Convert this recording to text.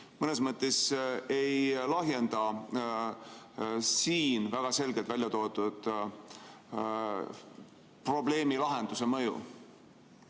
mõnes mõttes ei lahjenda siin väga selgelt välja toodud probleemi lahenduse mõju?